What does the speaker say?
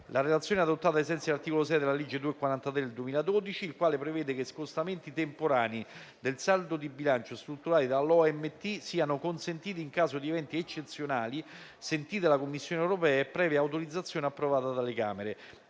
La Relazione è adottata ai sensi dell'articolo 6 della legge n. 243 del 2012, il quale prevede che scostamenti temporanei del saldo di bilancio strutturale dall'obiettivo di medio termine (OMT) siano consentiti in caso di eventi eccezionali, sentita la Commissione europea e previa autorizzazione approvata dalle Camere